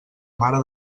mare